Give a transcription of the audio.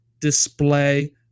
display